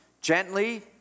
gently